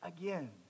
again